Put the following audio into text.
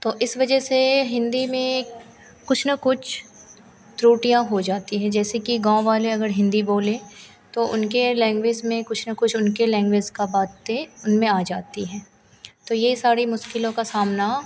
तो इस वज़ह से हिन्दी में कुछ न कुछ त्रुटियाँ हो जाती हैं जैसे कि गाँव वाले अगर हिन्दी बोलें तो उनके लैन्ग्वेज में कुछ न कुछ उनकी लैन्ग्वेज की बातें उनमें आ जाती हैं तो यह सारी मुश्किलों का सामना